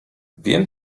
wiem